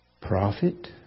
Prophet